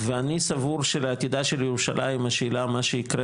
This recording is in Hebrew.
ואני סבור שלעתידה של ירושלים השאלה מה יקרה